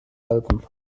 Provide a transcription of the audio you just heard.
alpen